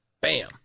Bam